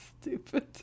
Stupid